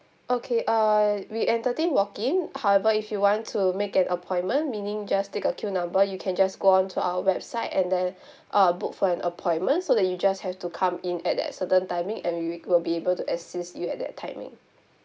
okay uh we entertain walk in however if you want to make an appointment meaning just take a queue number you can just go on to our website and then uh book for an appointment so that you just have to come in at that certain timing and we will be able to assist you at that timing